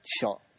shot